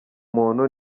muntu